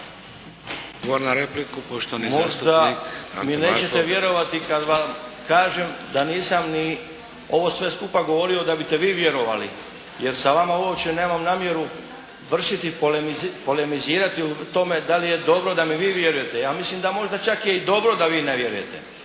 Možda mi nećete vjerovati kad vam kažem da nisam ni ovo sve skupa govorio da biste vi vjerovali, jer sa vama uopće nemam namjeru vršiti, polemizirati o tome da li je dobro da mi vi vjerujete. Ja mislim da možda čak je i dobro da vi ne vjerujete,